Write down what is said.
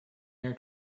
here